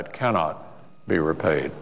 that cannot be repaid